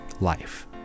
life